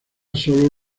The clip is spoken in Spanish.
solo